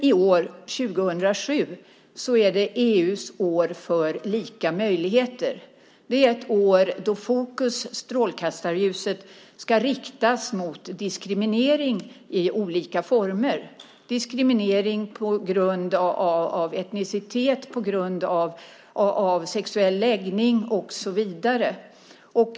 I år, 2007, är det EU:s år för lika möjligheter. Det är ett år då fokus, strålkastarljuset, ska riktas mot diskriminering i olika former: diskriminering på grund av etnicitet, sexuell läggning och så vidare.